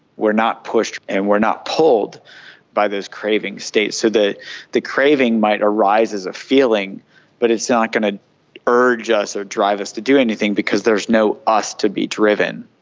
we're not pushed and we're not pulled by those cravings states. so the the craving might arise as a feeling but it's not going to urge us or drive us to do anything because there's no us to be driven.